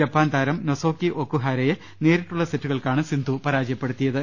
Japan താരം നൊസോക്കി ഒക്കുഹാരയെ നേരിട്ടുള്ള സെറ്റുകൾക്കാണ് സിന്ധു പരാജയപ്പെടുത്തിയത്